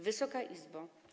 Wysoka Izbo!